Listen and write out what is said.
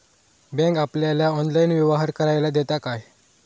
Bank आपल्याला online व्यवहार करायला देता काय?